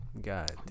God